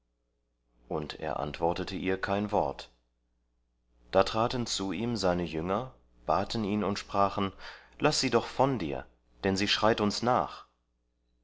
und er antwortete ihr kein wort da traten zu ihm seine jünger baten ihn und sprachen laß sie doch von dir denn sie schreit uns nach